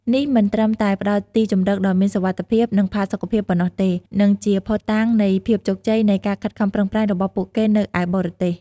នេះមិនត្រឹមតែផ្ដល់ទីជម្រកដ៏មានសុវត្ថិភាព និងផាសុកភាពប៉ុណ្ណោះទេ និងជាភស្តុតាងនៃភាពជោគជ័យនៃការខិតខំប្រឹងប្រែងរបស់ពួកគេនៅឯបរទេស។